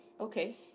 Okay